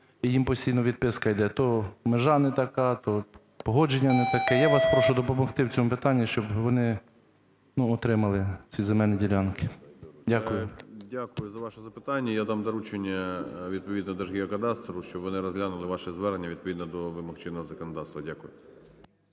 і їм постійно відписка йде, то межа не така, то погодження не таке. Я вас прошу допомогти в цьому питанні, щоб вони отримали ці земельні ділянки. Дякую. 10:53:27 ГРОЙСМАН В.Б. Дякую за ваше запитання. Я дам доручення відповідно Держгеокадастру, щоб вони розглянули ваше звернення відповідно до вимог чинного законодавства. Дякую.